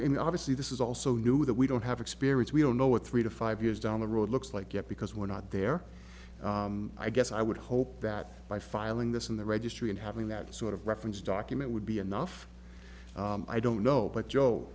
really obviously this is also knew that we don't have experience we don't know what three to five years down the road looks like it because we're not there i guess i would hope that by filing this in the registry and having that sort of reference document would be enough i don't know but joe